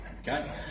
Okay